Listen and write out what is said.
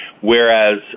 Whereas